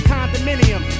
Condominium